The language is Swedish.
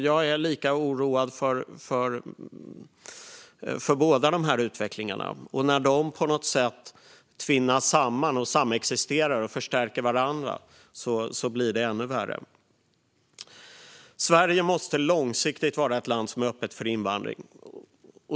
Jag är lika oroad för båda dessa utvecklingar, och när de på något sätt tvinnas samman, samexisterar och förstärker varandra blir det ännu värre. Sverige måste långsiktigt vara ett land som är öppet för invandring.